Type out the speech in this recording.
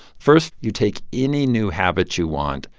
first, you take any new habits you want,